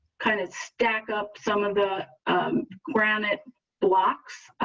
kind of stack up some of the granite blocks